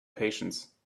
patience